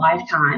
lifetime